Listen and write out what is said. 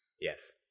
Yes